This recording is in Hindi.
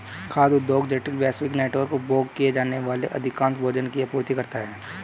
खाद्य उद्योग जटिल, वैश्विक नेटवर्क, उपभोग किए जाने वाले अधिकांश भोजन की आपूर्ति करता है